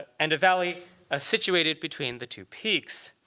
and valley ah situated between the two peaks.